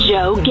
Joe